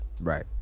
right